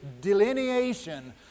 delineation